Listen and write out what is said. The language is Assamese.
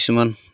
কিছুমান